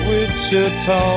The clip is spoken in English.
Wichita